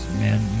men